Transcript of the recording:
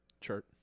chart